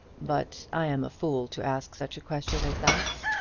but i am a fool to ask such a question as that,